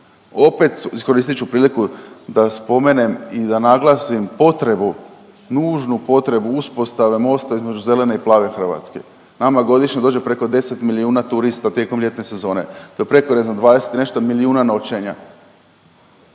Opet iskoristit ću priliku da spomenem i da naglasim potrebu, nužnu potrebu uspostave mosta između zelene i plave Hrvatske. Nama godišnje dođe preko 10 milijuna turista tijekom ljetne sezone, to je preko ne znam 20 i nešto milijuna noćenja,